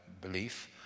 belief